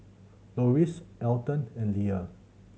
Loris Elton and Leia